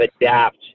adapt